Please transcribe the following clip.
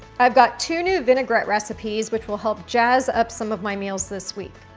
i have got two new vinaigrette recipes, which will help jazz up some of my meals this week.